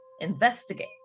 investigate